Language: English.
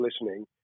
listening